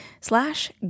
slash